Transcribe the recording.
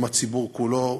עם הציבור כולו,